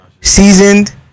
Seasoned